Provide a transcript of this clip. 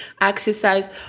exercise